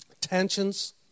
Tensions